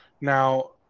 Now